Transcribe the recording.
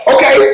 Okay